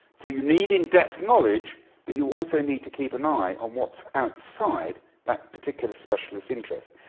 so you need in-depth knowledge but you also need to keep an eye on what's outside that particular specialist interest.